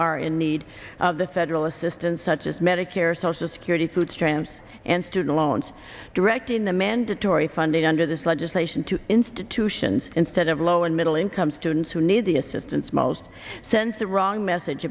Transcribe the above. are in need of the federal assistance such as medicare social security food strands and student loans directing the mandatory funding under this legislation to institutions instead of low and middle income students who need the assistance most sense the wrong message